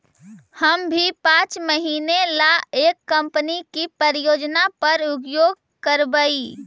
हम भी पाँच महीने ला एक कंपनी की परियोजना पर उद्योग करवई